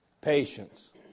patience